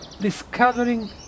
discovering